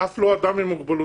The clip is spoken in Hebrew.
אף לא אדם אחד עם מוגבלות,